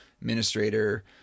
administrator